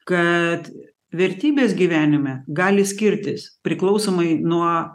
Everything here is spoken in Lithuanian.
kad vertybės gyvenime gali skirtis priklausomai nuo